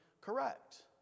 correct